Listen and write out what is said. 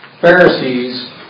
Pharisees